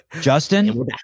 Justin